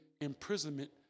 imprisonment